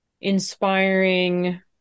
inspiring